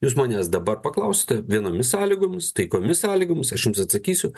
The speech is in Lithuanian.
jūs manęs dabar paklausite vienomis sąlygomis taikiomis sąlygomis aš jums atsakysiu